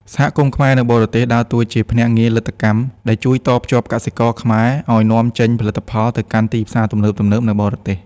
សហគមន៍ខ្មែរនៅបរទេស ដើរតួជា "ភ្នាក់ងារលទ្ធកម្ម" ដែលជួយតភ្ជាប់កសិករខ្មែរឱ្យនាំចេញផលិតផលទៅកាន់ផ្សារទំនើបធំៗនៅបរទេស។